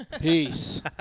Peace